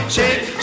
Shake